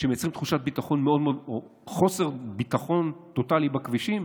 שמייצרים תחושת חוסר ביטחון טוטלי בכבישים,